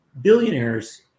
billionaires